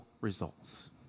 results